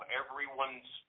everyone's